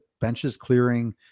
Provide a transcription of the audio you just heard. benches-clearing